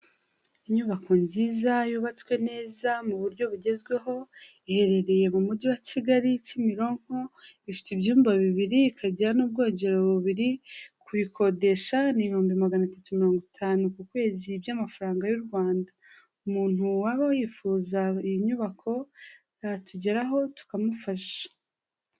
Inyubako nziza yubatswe neza mu buryo bugezweho, iherereye mu Mujyi wa Kigali Kimironko, ifite ibyumba bibiri, ikagira n'ubwogero bubiri, kuyikodesha ni ibihumbi magana atatu mirongo itanu ku kwezi by'amafaranga y'u Rwanda, umuntu waba wifuza iyi nyubako yatugeraho tukamufasha.